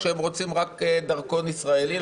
שהם רוצים רק דרכון ישראלי,